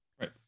Right